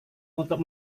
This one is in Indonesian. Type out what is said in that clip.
untuk